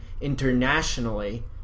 Internationally